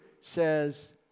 says